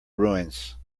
ruins